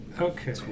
Okay